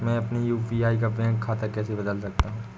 मैं अपने यू.पी.आई का बैंक खाता कैसे बदल सकता हूँ?